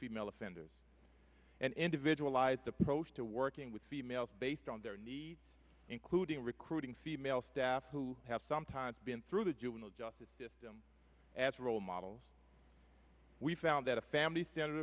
female offenders and individualized approach to working with females based on their needs including recruiting female staff who have sometimes been through the juvenile justice system as role models we found that a family senate